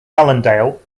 allendale